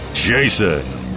Jason